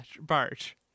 barge